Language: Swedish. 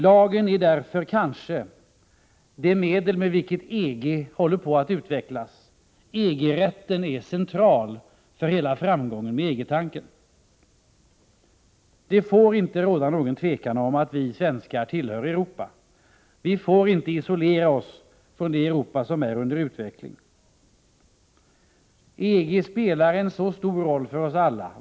Lagen är därför kanske det medel med vilket EG håller på att utvecklas. EG-rätten är central för hela framgången med EG-tanken. Det får inte råda någon tvekan om att vi svenskar tillhör Europa. Vi får inte isolera oss från det Europa som är under utveckling. EG spelar en stor roll för oss alla.